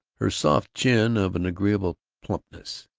her soft chin of an agreeable plumpness,